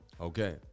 Okay